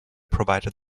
provided